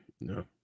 No